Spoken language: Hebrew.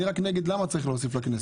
אני רק נגד הסיבה שצריך להוסיף לכנסת.